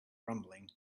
rumbling